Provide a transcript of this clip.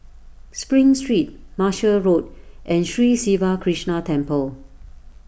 Spring Street Martia Road and Sri Siva Krishna Temple